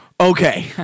Okay